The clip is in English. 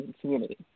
community